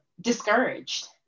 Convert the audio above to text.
Discouraged